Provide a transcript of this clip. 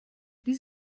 dies